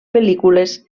pel·lícules